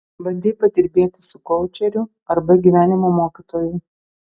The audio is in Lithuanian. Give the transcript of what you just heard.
bandei padirbėti su koučeriu arba gyvenimo mokytoju